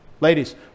Ladies